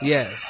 Yes